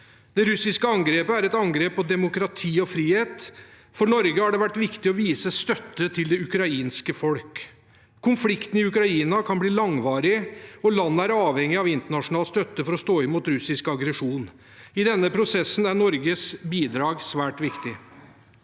Det russiske angrepet er et angrep på demokrati og frihet. For Norge har det vært viktig å vise støtte til det ukrainske folket. Konflikten i Ukraina kan bli langvarig, og landet er avhengig av internasjonal støtte for å stå imot russisk aggresjon. I denne prosessen er Norges bidrag svært viktig.